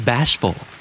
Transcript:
Bashful